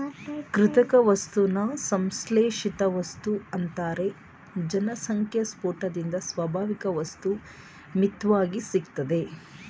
ಕೃತಕ ವಸ್ತುನ ಸಂಶ್ಲೇಷಿತವಸ್ತು ಅಂತಾರೆ ಜನಸಂಖ್ಯೆಸ್ಪೋಟದಿಂದ ಸ್ವಾಭಾವಿಕವಸ್ತು ಮಿತ್ವಾಗಿ ಸಿಗ್ತದೆ